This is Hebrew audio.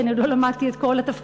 כי אני עוד לא למדתי את כל התפקידים.